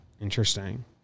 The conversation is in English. Interesting